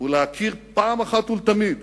ולהכיר פעם אחת ולתמיד